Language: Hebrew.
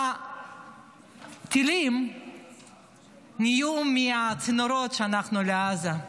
הטילים יוצרו מהצינורות ששלחנו לעזה.